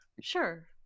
Sure